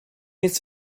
its